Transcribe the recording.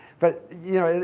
but, you know,